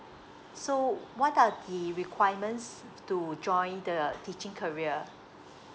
so what are the requirements to join the teaching career